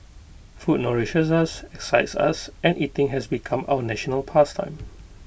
food nourishes us excites us and eating has become our national past time